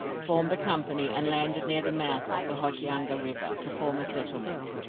formed a company, and landed near the mouth of the hokianga river to form a settlement.